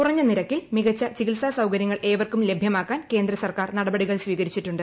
കുറഞ്ഞ നിരക്കിൽ മികച്ച ചികിത്സാ സൌകര്യങ്ങൾ ഏവർക്കും ലഭ്യമാക്കാൻ കേന്ദ്രസർക്കാർ നടപടികൾ സ്വീകരിച്ചിട്ടുണ്ട്